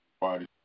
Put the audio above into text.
party